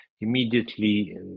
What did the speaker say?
immediately